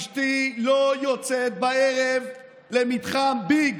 אשתי לא יוצאת בערב למתחם ביג.